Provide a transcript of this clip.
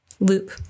loop